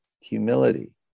Humility